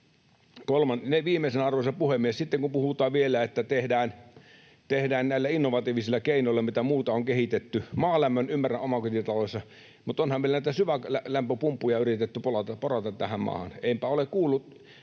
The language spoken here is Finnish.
Viimeisenä, arvoisa puhemies: Sitten kun puhutaan vielä, että tehdään näillä muilla innovatiivisilla keinoilla, mitä on kehitetty. Maalämmön ymmärrän omakotitaloissa, mutta onhan meillä näitä syvälämpöpumppuja yritetty porata tähän maahan.